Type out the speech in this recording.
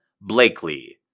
Blakely